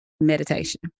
Meditation